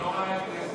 אני לא חבר כנסת.